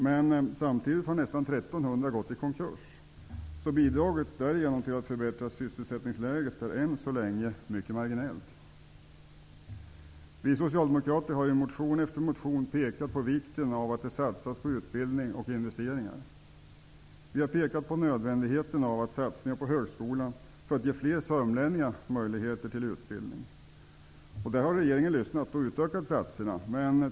Men samtidigt har nästan 1 300 företag gått i konkurs, så bidraget därigenom till att förbättra sysselsättningsläget är än så länge mycket marginellt. Vi socialdemokrater har i motion efter motion pekat på vikten av att det satsas på utbildning och investeringar. Vi har pekat på nödvändigheten av satsningar på högskolan för att ge fler sörmlänningar möjligheter till utbildning. Där har regeringen lyssnat och utökat antalet platser.